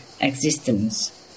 existence